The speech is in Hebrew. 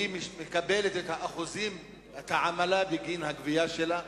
היא מקבלת את האחוזים, את העמלה בגין הגבייה שלה,